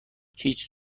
هیچ